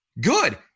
Good